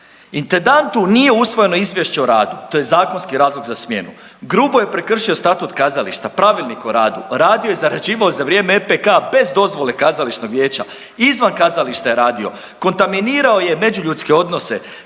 Intendantu nije usvojeno izvješće o radu, to je zakonski razlog za smjenu, grubo je prekršio status kazališta, pravilnik o radu, radio je i zarađivao za vrijeme EPK-a bez dozvole kazališnog vijeća, izvan kazališta je radio, kontaminirao je međuljudske odnose,